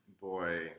boy